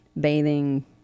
bathing